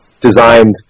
designed